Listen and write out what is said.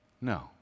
No